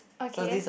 okay